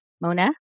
Mona